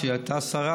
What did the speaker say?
כשהיא הייתה שרה,